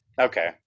Okay